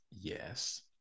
Yes